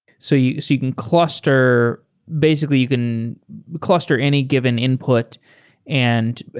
so you so you can cluster basically, you can cluster any given input and,